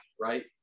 right